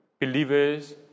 believers